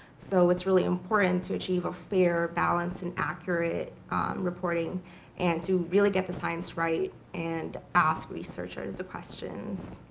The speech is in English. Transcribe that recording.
so it's really important to achieve a fair, balanced, and accurate reporting and to really get the science right and ask researcher's the questions.